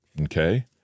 Okay